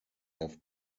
have